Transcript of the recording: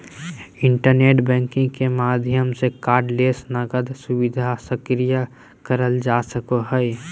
internet banking के माध्यम से कार्डलेस नकद सुविधा सक्रिय करल जा सको हय